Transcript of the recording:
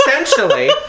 essentially